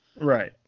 Right